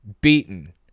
beaten